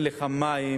אין לך מים,